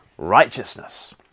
righteousness